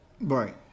Right